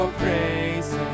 praise